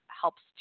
helps